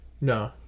No